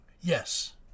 Yes